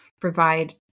provide